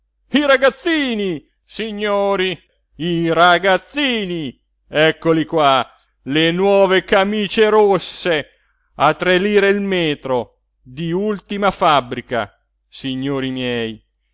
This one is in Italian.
i ragazzini signori i ragazzini eccoli qua le nuove camicie rosse a tre lire il metro di ultima fabbrica signori miei